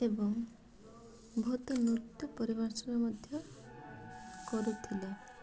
ଏବଂ ବହୁତ ନୃତ୍ୟ ପରିବେଷଣ ମଧ୍ୟ କରୁଥିଲେ